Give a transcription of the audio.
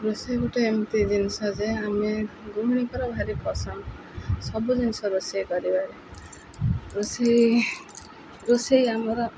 ରୋଷେଇ ଗୋଟେ ଏମିତି ଜିନିଷ ଯେ ଆମେ ଗୃହିଣୀଙ୍କର ଭାରି ପସନ୍ଦ ସବୁ ଜିନିଷ ରୋଷେଇ କରିବାରେ ରୋଷେଇ ରୋଷେଇ ଆମର